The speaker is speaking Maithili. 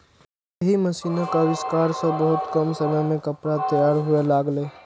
एहि मशीनक आविष्कार सं बहुत कम समय मे कपड़ा तैयार हुअय लागलै